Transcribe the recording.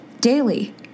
daily